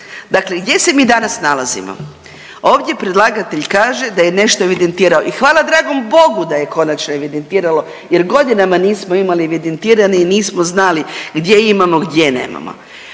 Dakle, gdje se mi danas nalazimo? Ovdje predlagatelj kaže da je nešto evidentirao i hvala dragom Bogu da je konačno evidentiralo jer godinama nismo imali evidentirane i nismo znali gdje imamo gdje nemamo.